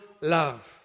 love